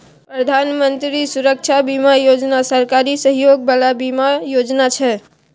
प्रधानमंत्री सुरक्षा बीमा योजना सरकारी सहयोग बला बीमा योजना छै